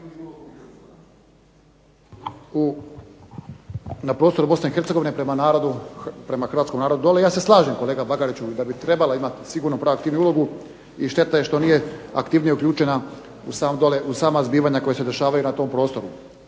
na prostoru Bosne i Hercegovine prema narodu, prema Hrvatskom narodu dole. I ja se slažem kolega Bagariću da bi trebala imati sigurno proaktivniju ulogu i šteta je što nije aktivnije uključena u sama zbivanja koja se dešavaju na tom prostoru.